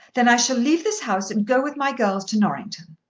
then i shall leave this house and go with my girls to norrington.